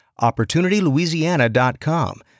OpportunityLouisiana.com